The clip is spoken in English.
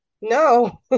No